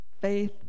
Faith